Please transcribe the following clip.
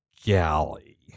galley